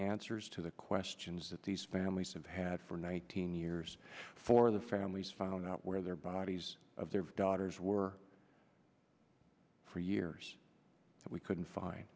answers to the questions that these families have had for nineteen years for the families found out where their bodies of their daughters were for years that we couldn't find